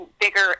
bigger